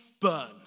burn